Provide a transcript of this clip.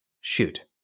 shoot